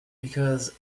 because